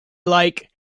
like